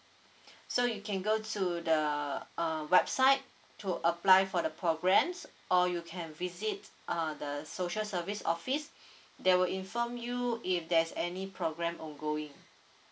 so you can go to the uh website to apply for the programs or you can visit uh the social service office they will inform you if there's any program ongoing